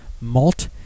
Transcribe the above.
malt